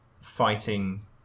fighting